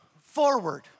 forward